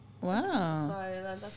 Wow